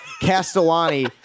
Castellani